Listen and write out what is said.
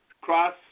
cross